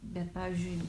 bet pavyzdžiui